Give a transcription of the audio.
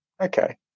Okay